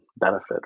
benefit